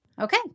Okay